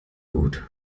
gut